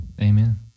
Amen